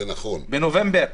זה נכון --- בנובמבר.